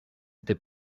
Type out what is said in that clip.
était